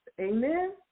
Amen